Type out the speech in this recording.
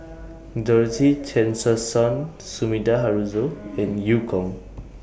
Dorothy Tessensohn Sumida Haruzo and EU Kong